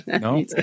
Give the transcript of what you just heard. No